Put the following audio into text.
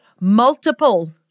multiple